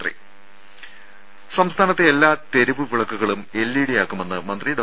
രും സംസ്ഥാനത്തെ എല്ലാ തെരുവ് വിളക്കുകളും എൽഇഡി ആക്കുമെന്ന് മന്ത്രി ഡോ